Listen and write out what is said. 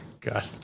god